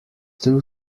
two